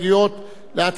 להצעת חוק זו.